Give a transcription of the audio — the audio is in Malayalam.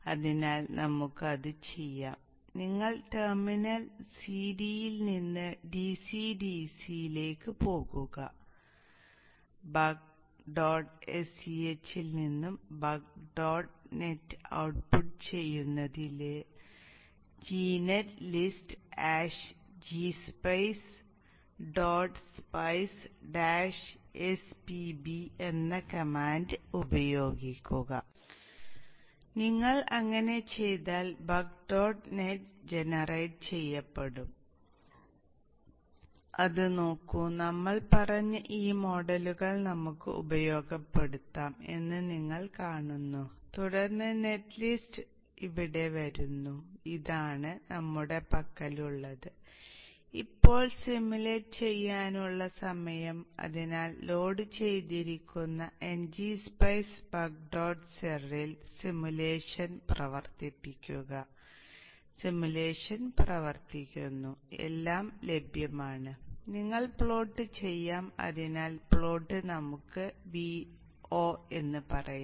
അതിനാൽ നിങ്ങൾ അങ്ങനെ ചെയ്താൽ ബക്ക് ഡോട്ട് നെറ്റ് ജനറേറ്റ് ചെയ്യപ്പെടും അത് നോക്കൂ നമ്മൾ പറഞ്ഞ ഈ മോഡലുകൾ നമുക്ക് ഉപയോഗപ്പെടുത്താം എന്ന് നിങ്ങൾ കാണുന്നു തുടർന്ന് നെറ്റ് ലിസ്റ്റ് ഇവിടെ വരുന്നു ഇതാണ് നമ്മുടെ പക്കലുള്ളത് പ്രവർത്തിക്കുന്നു എല്ലാം ലഭ്യമാണ് നിങ്ങൾക്ക് പ്ലോട്ട് ചെയ്യാംഅതിനാൽ പ്ലോട്ട് നമുക്ക് Vo എന്ന് പറയാം